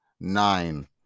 nine